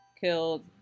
killed